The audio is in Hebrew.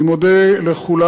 אני מודה לכולם.